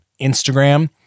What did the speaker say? Instagram